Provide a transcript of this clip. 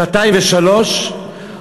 שנתיים ושלוש,